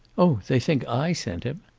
oh, they think i sent him!